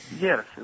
Yes